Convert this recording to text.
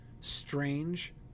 strange